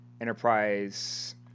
enterprise